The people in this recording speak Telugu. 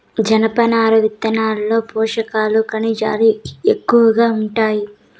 జనపనార విత్తనాల్లో పోషకాలు, ఖనిజాలు ఎక్కువగా ఉంటాయి